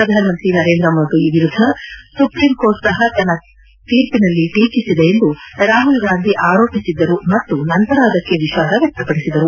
ಪ್ರಧಾನಮಂತ್ರಿ ನರೇಂದ್ರ ಮೋದಿ ವಿರುದ್ದ ಸುಪ್ರೀಂಕೋರ್ಟ್ ಸಹ ತನ್ನ ತೀರ್ಪಿನಲ್ಲಿ ಟೀಕಿಸಿದೆ ಎಂದು ರಾಹುಲ್ ಗಾಂಧಿ ಆರೋಪಿಸಿದ್ದರು ಮತ್ತು ನಂತರ ಅದಕ್ಕೆ ವಿಷಾದ ವ್ಯಕ್ತಪಡಿಸಿದರು